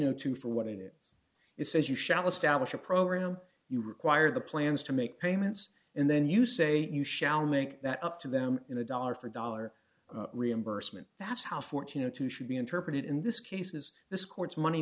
o two for what it is it says you shall establish a program you require the plans to make payments and then you say you shall make that up to them in the dollar for dollar reimbursement that's how fortunate to should be interpreted in this case is this court's money